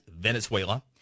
Venezuela